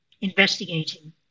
investigating